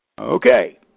Okay